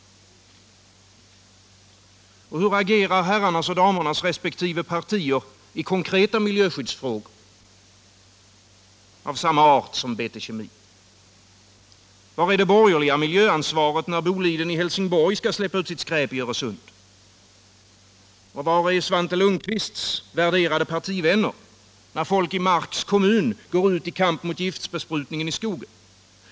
Och hur agerar herrarnas och damernas resp. partier i konkreta miljöskyddsfrågor av samma art som i fallet BT Kemi? Var är det borgerliga miljöansvaret när Bolidens fabriker i Helsingborg skall släppa ut sitt skräp i Öresund? Och var är Svante Lundkvists värderade partivänner när folk i Marks kommun går ut i kamp mot giftbesprutningen i skogen?